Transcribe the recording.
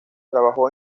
trabajó